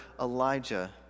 Elijah